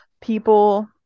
people